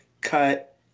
cut